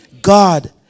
God